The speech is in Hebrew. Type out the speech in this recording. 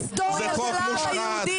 מה אתה אומר?